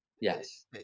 Yes